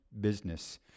business